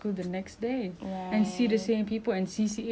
like you stay in school more hours than you are at work generally